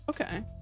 okay